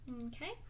Okay